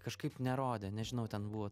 kažkaip nerodė nežinau ten buvo